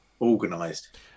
organised